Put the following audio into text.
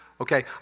Okay